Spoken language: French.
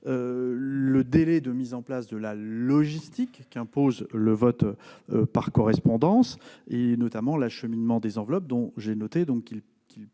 au temps de mise en place de la logistique qu'impose le vote par correspondance, notamment l'acheminement des enveloppes, qui,